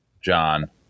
John